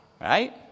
Right